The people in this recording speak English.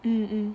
mmhmm